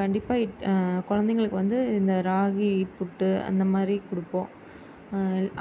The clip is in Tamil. கண்டிப்பாக இட் கொழந்தைங்களுக்கு வந்து இந்த ராகி புட்டு அந்த மாதிரி கொடுப்போம்